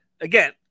again